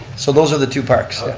so those are the two parks.